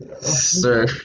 sir